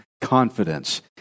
confidence